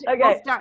Okay